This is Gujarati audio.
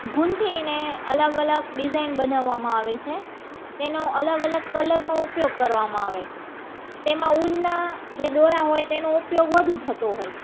ગુંથીને અલગ અલગ ડિઝાઇન બનાવવામાં આવે છે તેનો અલગ અલગ કલરનો ઉપયોગ કરવામાં આવે તેમાં ઉનના જે દોરા હોય તેનો ઉપયોગ વધુ થતો હોય છે